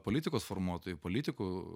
politikos formuotojų politikų